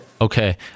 okay